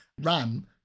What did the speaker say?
Ram